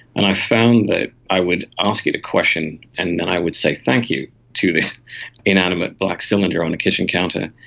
and i found that i would ask it a question and then i would say thank you to this inanimate black cylinder on the kitchen counter.